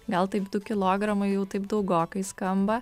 gal taip du kilogramai jau taip daugokai skamba